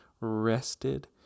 rested